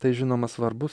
tai žinoma svarbus